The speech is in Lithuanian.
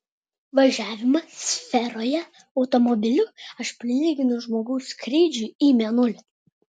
važiavimą sferoje automobiliu aš prilyginu žmogaus skrydžiui į mėnulį